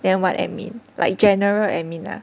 then what admin like general admin 的 ah